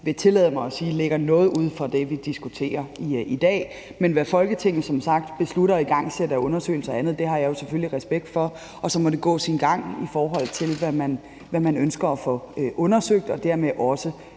vil tillade mig at sige ligger noget uden for det, vi diskuterer i dag. Men hvad Folketinget som sagt beslutter at igangsætte af undersøgelser og andet, har jeg selvfølgelig respekt for. Og så må det gå sin gang, i forhold til hvad man ønsker at få undersøgt og dermed også